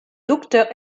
docteur